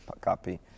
copy